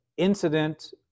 Incident